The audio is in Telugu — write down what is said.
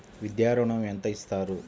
విద్యా ఋణం ఎంత ఇస్తారు?